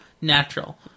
natural